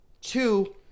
Two